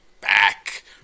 back